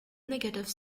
negative